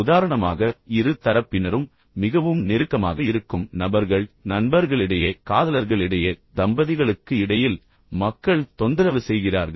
உதாரணமாக இரு தரப்பினரும் மிகவும் நெருக்கமாக இருக்கும் நபர்கள் நண்பர்களிடையே காதலர்களிடையே தம்பதிகளுக்கு இடையில் மக்கள் தொந்தரவு செய்கிறார்கள்